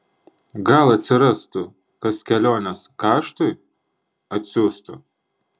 gal atsirastų kas kelionės kaštui atsiųstų